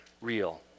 real